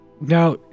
Now